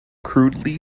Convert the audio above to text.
crudely